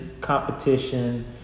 competition